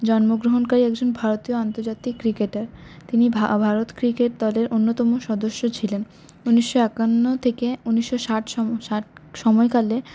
জন্মগ্রহণকারী একজন ভারতীয় আন্তর্জাতিক ক্রিকেটার তিনি ভারত ক্রিকেট দলের অন্যতম সদস্য ছিলেন উনিশশো একান্ন থেকে উনিশশো ষাট ষাট সময়কালে